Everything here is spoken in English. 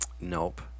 Nope